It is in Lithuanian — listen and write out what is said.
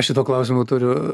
aš šituo klausimu turiu